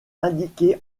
indiqués